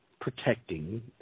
protecting